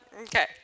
Okay